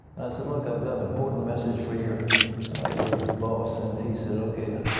said, look, i've got an important message for your your boss. and he said, okay,